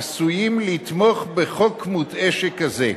עשויים לתמוך בחוק מוטעה שכזה,